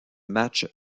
match